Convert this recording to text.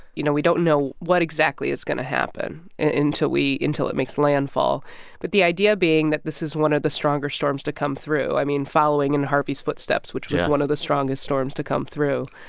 you know, we don't know what exactly is going to happen until we until it makes landfall but the idea being that this is one of the stronger storms to come through, i mean, following in harvey's footsteps, which was one of the strongest storms to come through.